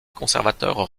conservateur